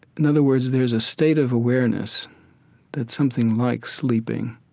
in other words, there's a state of awareness that something like sleeping